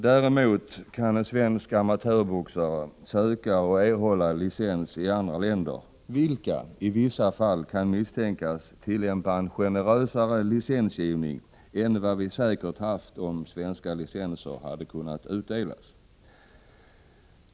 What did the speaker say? Däremot kan en svensk amatörboxare söka och erhålla licens i andra länder, vilka i vissa fall kan misstänkas tillämpa en generösare licensgivning än vad vi säkert skulle ha gjort om svenska licenser hade kunnat utdelas.